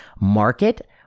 market